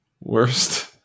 Worst